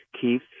Keith